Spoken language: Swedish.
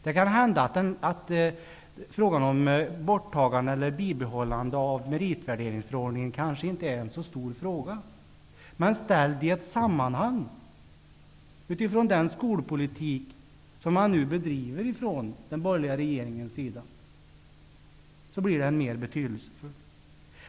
Det kan hända att frågan om borttagande eller bibehållande av meritvärderingsförordningen kanske inte är en särskilt stor fråga, men ställd i ett sammanhang utifrån den skolpolitik som den borgerliga regeringen bedriver blir den mer betydelsefull.